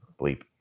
bleep